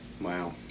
Wow